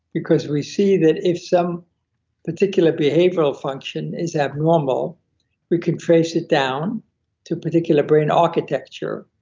because we see that if some particular behavioral function is abnormal we can trace it down to particular brain architecture,